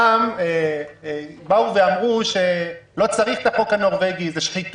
אני חושבת שראוי שיהיה שר